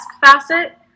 facet